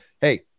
Hey